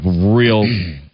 real